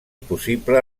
possible